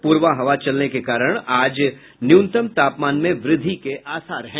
प्रबा हवा चलने के कारण आज न्यूनतम तापमान में वृद्धि के आसार हैं